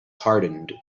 hardened